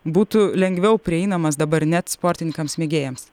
būtų lengviau prieinamas dabar net sportininkams mėgėjams